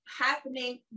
happening